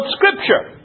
Scripture